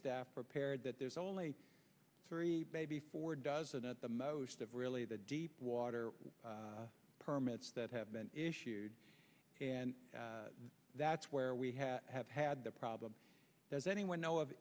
staff prepared that there's only three maybe four dozen at the most that really the deep water permits that have been issued and that's where we have have had the problem does anyone know of